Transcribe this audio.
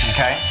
Okay